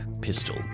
pistol